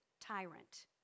tyrant